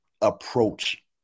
approach